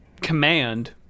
command